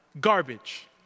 garbage